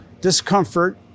discomfort